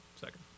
second